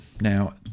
Now